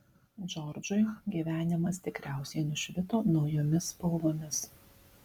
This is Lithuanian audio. džordžui gyvenimas tikriausiai nušvito naujomis spalvomis